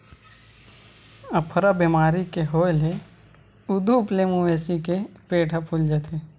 अफरा बेमारी के होए ले उदूप ले मवेशी के पेट ह फूल जाथे